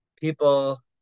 people